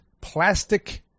plastic